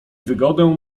wygodę